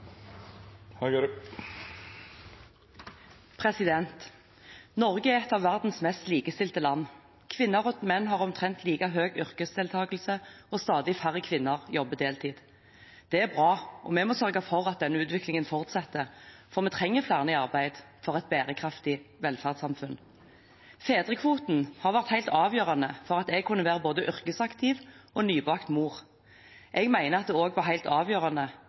Norge er et av verdens mest likestilte land. Kvinner og menn har omtrent like høy yrkesdeltakelse, og stadig færre kvinner jobber deltid. Det er bra, og vi må sørge for at denne utviklingen fortsetter, for vi trenger flere i arbeid for et bærekraftig velferdssamfunn. Fedrekvoten har vært helt avgjørende for at jeg kunne være både yrkesaktiv og nybakt mor. Jeg mener at det også har vært helt avgjørende